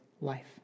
life